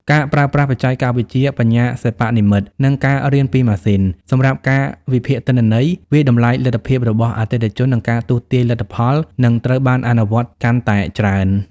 ការប្រើប្រាស់បច្ចេកវិទ្យាបញ្ញាសិប្បនិម្មិត និងការរៀនពីម៉ាស៊ីន សម្រាប់ការវិភាគទិន្នន័យ វាយតម្លៃលទ្ធភាពរបស់អតិថិជន និងការទស្សន៍ទាយលទ្ធផលនឹងត្រូវបានអនុវត្តកាន់តែច្រើន។